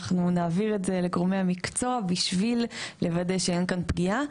אנחנו נעביר את זה לגורמי המקצוע בשביל לוודא שאין כאן פגיעה.